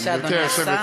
בבקשה, אדוני השר.